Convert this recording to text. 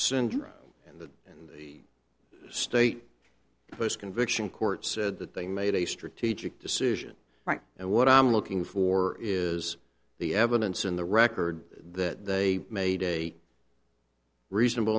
syndrome and the state post conviction court said that they made a strategic decision right and what i'm looking for is the evidence in the record that they made a reasonable